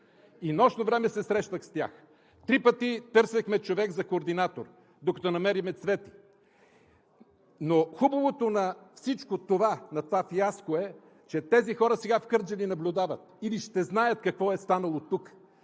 и нощно време се срещах с тях. Три пъти търсихме човек за координатор, докато намерим Цвета. Но хубавото на всичко това, на това фиаско, е, че тези хора сега в Кърджали наблюдават или ще знаят какво е станало тук.